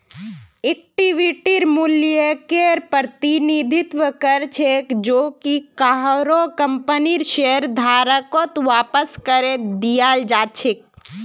इक्विटीर मूल्यकेर प्रतिनिधित्व कर छेक जो कि काहरो कंपनीर शेयरधारकत वापस करे दियाल् जा छेक